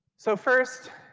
so first,